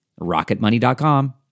rocketmoney.com